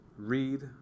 read